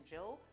Jill